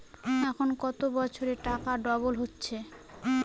এখন কত বছরে টাকা ডবল হচ্ছে?